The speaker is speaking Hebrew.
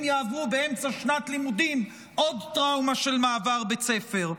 יעברו באמצע שנת לימודים עוד טראומה של מעבר בית ספר.